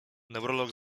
neurolog